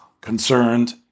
concerned